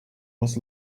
was